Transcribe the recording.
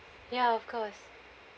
ya of course